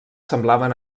semblaven